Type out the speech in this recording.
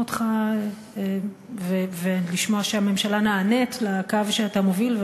אותך ולשמוע שהממשלה נענית לקו שאתה מוביל.